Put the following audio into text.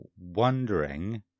wondering